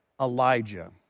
Elijah